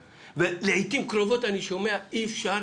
ולעיתים קרובות אני שומע: אי אפשר